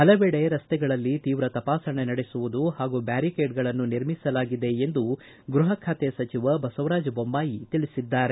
ಹಲವೆಡೆ ರಸ್ತೆಗಳಲ್ಲಿ ತೀವ್ರ ತಪಾಸಣೆ ನಡೆಸುವುದು ಹಾಗೂ ಬ್ಲಾರಿಕೇಡ್ಗಳನ್ನು ನಿರ್ಮಿಸಲಾಗಿದೆ ಎಂದು ಗ್ಲಪ ಸಚಿವ ಬಸವರಾಜ ಬೊಮ್ನಾಯಿ ತಿಳಿಸಿದ್ದಾರೆ